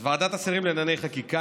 אז "ועדת השרים לענייני חקיקה,